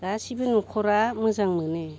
गासिबो नखरा मोजां नङि